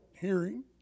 hearing